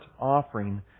offering